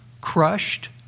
Crushed